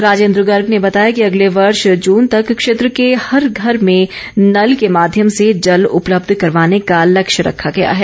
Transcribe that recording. राजेन्द्र गर्ग ने बताया कि अगले वर्ष जून तक क्षेत्र के हर घर में नल के माध्यम से जल उपलब्ध करवाने का लक्ष्य रखा गया है